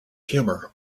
humour